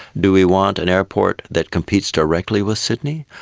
do we want an airport that competes directly with sydney?